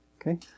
Okay